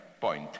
point